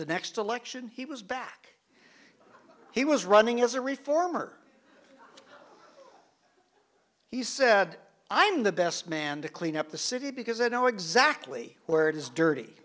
the next election he was back he was running as a reformer he said i'm the best man to clean up the city because i know exactly where it is dirty